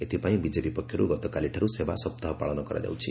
ଏଥିପାଇଁ ବିଜେପି ପକ୍ଷର୍ ଗତକାଳିଠାରୁ ସେବା ସପ୍ତାହ ପାଳନ କରାଯାଉଛି